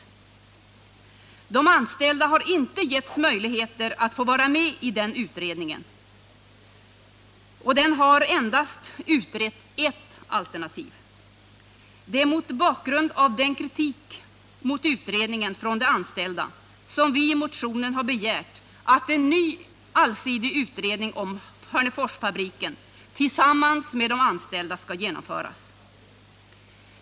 De anställda har inte givits möjligheter att vara med i den utredningen, och den har utrett endast ett alternativ. Mot bakgrund av denna kritik mot utredningen från de anställda har vi i motionen begärt att en ny allsidig utredning om Hörneforsfabriken skall genomföras tillsammans med de anställda.